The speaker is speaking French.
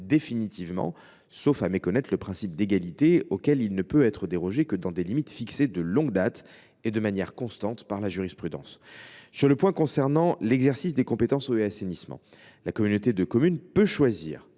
définitivement, sauf à méconnaître le principe d’égalité, auquel il ne peut être dérogé que dans des limites fixées de longue date et de manière constante par la jurisprudence. S’agissant de l’exercice des compétences eau et assainissement, la communauté de communes peut choisir